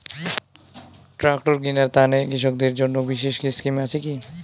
Tractor কিনার তানে কৃষকদের জন্য বিশেষ স্কিম আছি কি?